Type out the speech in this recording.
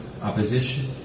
Opposition